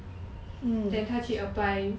then 他去 apply